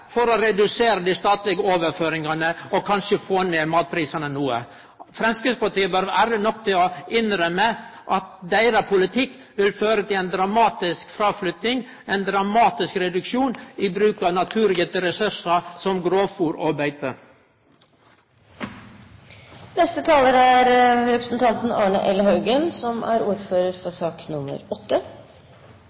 for å redusere dei statlege overføringane og kanskje få ned matprisane noko. Framstegspartiet bør vere ærleg nok til å innrømme at deira politikk vil føre til ei dramatisk fråflytting, ein dramatisk reduksjon i bruk av naturgitte ressursar som grovfôr og